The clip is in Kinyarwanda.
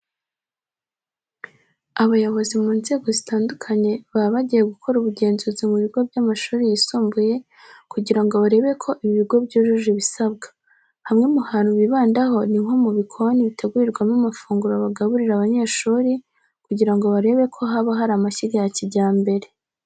Abayobozi mu nzego zitandukanye baba bagiye gukora ubugenzuzi mu bigo by'amashuri yisumbuye kugira ngo barebe ko ibi bigo byujuje ibisabwa. Hamwe mu hantu bibandaho ni nko mu bikoni bitegurirwamo amafunguro bagaburira abanyeshuri kugira ngo barebe ko haba hari amashyiga ya kijyambere.